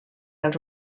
als